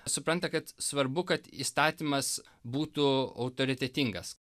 supranta kad svarbu kad įstatymas būtų autoritetingas